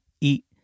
eat